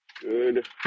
Good